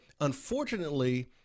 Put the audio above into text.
unfortunately